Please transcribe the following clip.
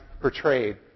portrayed